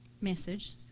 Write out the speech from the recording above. message